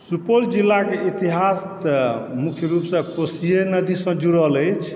सुपौल जिलाके इतिहास तऽ मुख्य रुपसँ कोशिये नदीसँ जुड़ल अछि